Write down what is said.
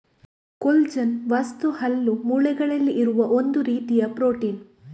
collagen ವಸ್ತು ಹಲ್ಲು, ಮೂಳೆಗಳಲ್ಲಿ ಇರುವ ಒಂದು ರೀತಿಯ ಪ್ರೊಟೀನ್